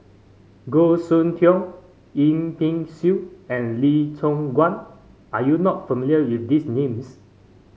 Goh Soon Tioe Yip Pin Xiu and Lee Choon Guan are you not familiar with these names